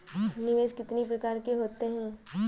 निवेश कितनी प्रकार के होते हैं?